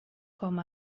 com